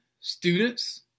students